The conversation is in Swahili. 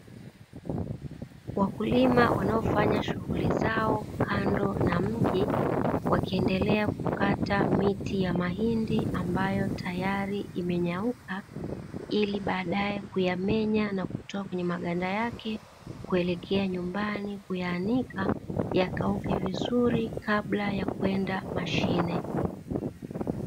Wakulima wanaofanya shughuli zao kando na mji, wakiendelea kukata miti ya mahindi ambayo tayari imenyauka, ili baadaye kuyamenya na kutoa kwenye maganda yake kuelekea nyumbani kuyaanika yakauke vizuri kabla ya kwenda mashine.